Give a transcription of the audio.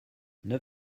neuf